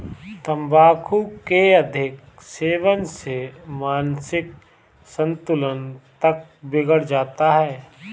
तंबाकू के अधिक सेवन से मानसिक संतुलन तक बिगड़ जाता है